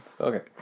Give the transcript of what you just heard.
Okay